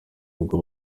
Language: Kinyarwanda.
n’ubwo